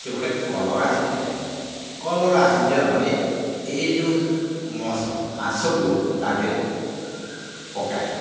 ସେ ଗୋଟିଏ କଲର୍ ଆସିଯାଏ କଲର୍ ଆସିଯିବା ପରେ ଏହି ଯେଉଁ ମାଂସକୁ ତା'ଦେହରେ ପକାଏ